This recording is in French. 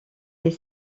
est